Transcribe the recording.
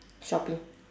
shopping